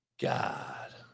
God